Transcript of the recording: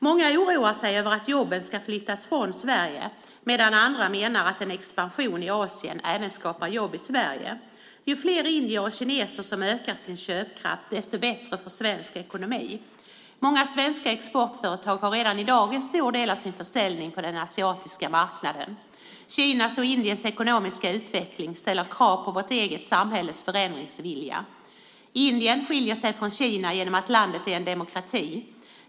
Många oroar sig över att jobben ska flyttas från Sverige, medan andra menar att en expansion i Asien även skapar jobb i Sverige. Ju fler indier och kineser som ökar sin köpkraft desto bättre för svensk ekonomi. Många svenska exportföretag har redan i dag en stor del av sin försäljning på den asiatiska marknaden. Kinas och Indiens ekonomiska utveckling ställer krav på vårt eget samhälles förändringsvilja. Indien skiljer sig från Kina genom att landet är en demokrati.